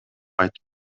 айтып